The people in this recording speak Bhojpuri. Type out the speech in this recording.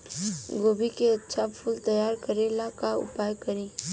गोभी के अच्छा फूल तैयार करे ला का उपाय करी?